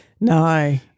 No